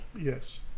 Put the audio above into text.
Yes